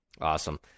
awesome